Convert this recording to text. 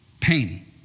pain